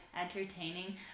entertaining